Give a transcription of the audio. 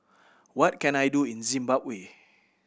what can I do in Zimbabwe